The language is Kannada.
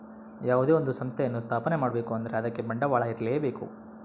ಯಾವುದೇ ಒಂದು ಸಂಸ್ಥೆಯನ್ನು ಸ್ಥಾಪನೆ ಮಾಡ್ಬೇಕು ಅಂದ್ರೆ ಅದಕ್ಕೆ ಬಂಡವಾಳ ಇರ್ಲೇಬೇಕು